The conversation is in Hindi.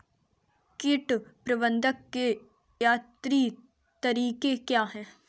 कीट प्रबंधक के यांत्रिक तरीके क्या हैं?